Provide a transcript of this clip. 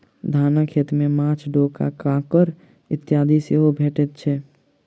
धानक खेत मे माँछ, डोका, काँकोड़ इत्यादि सेहो भेटैत छै